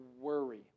worry